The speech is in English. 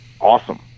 awesome